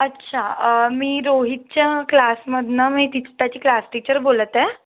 अच्छा मी रोहितच्या क्लासमधनं मी तिच त्याची क्लास टीचर बोलत आहे